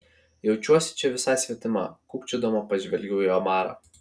jaučiuosi čia visai svetima kukčiodama pažvelgiau į omarą